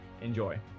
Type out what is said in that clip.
Enjoy